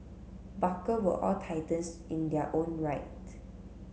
barker were all titans in their own right